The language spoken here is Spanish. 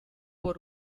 por